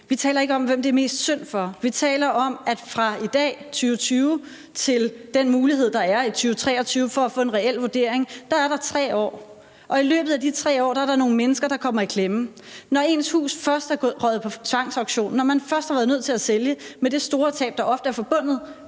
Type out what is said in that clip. Vi taler ikke om, hvem det er mest synd for. Vi taler om, at fra i dag 2020 frem til den mulighed, der er i 2023, for at få en reel vurdering er der 3 år, og at der i løbet af de 3 år er nogle mennesker, der kommer i klemme. Når ens hus først er røget på tvangsauktion; når man først har været nødt til at sælge med det store tab, der ofte er forbundet